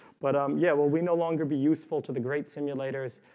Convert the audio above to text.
but um, yeah. well, we no longer be useful to the great simulators.